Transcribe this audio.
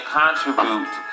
contribute